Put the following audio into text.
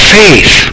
faith